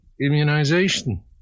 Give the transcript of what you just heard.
immunization